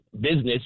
business